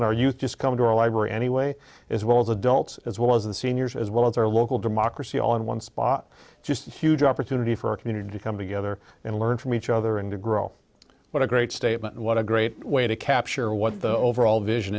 our youth just coming to a library anyway as well as adults as well as the seniors as well as our local democracy all in one spot just a huge opportunity for our community to come together and learn from each other and to grow what a great statement what a great way to capture what the overall vision